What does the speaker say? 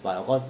but of course